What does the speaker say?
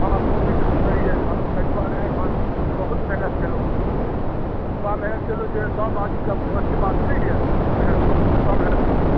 हँ कोबी तऽ सुन्दर अइ ताहि दुआरे एखन बहुत मेहनति केलहुँ हँ हम एतबा मेहनति केलहुँ जे सब आदमीके वशके बात नहि अइ मेहनति केनाइ ततबा मेहनत केलहुँ हँ